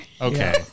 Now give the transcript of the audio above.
Okay